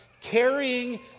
carrying